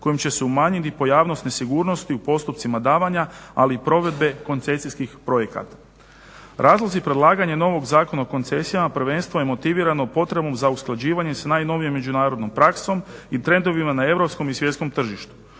kojima će se umanjiti pojavnost nesigurnosti u postupcima davanja ali i provedbe koncesijskih projekata. Razlozi predlaganja novog Zakona o koncesijama prvenstveno je motivirano potrebom za usklađivanjem sa najnovijom međunarodnom praksom i trendovima na europskom i svjetskom tržištu.